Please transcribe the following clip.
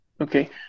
Okay